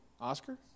Oscar